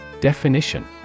Definition